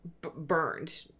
burned